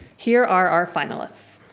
here are our finalists.